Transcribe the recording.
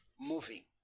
moving